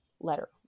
letter